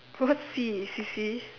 what sea sissy